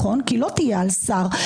כי לא תהיה על שר,